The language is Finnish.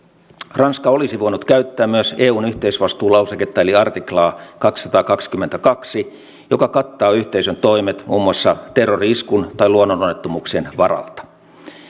ranska olisi voinut käyttää myös eun yhteisvastuulauseketta eli artiklaa kaksisataakaksikymmentäkaksi joka kattaa yhteisön toimet muun muassa terrori iskun tai luonnononnettomuuksien varalta